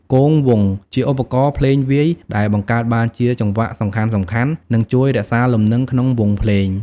គងវង់ ជាឧបករណ៍ភ្លេងវាយ ដែលបង្កើតបានជាចង្វាក់សំខាន់ៗ និងជួយរក្សាលំនឹងក្នុងវង់ភ្លេង។